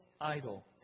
idol